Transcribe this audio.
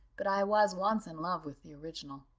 but i was once in love with the original.